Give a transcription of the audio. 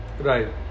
Right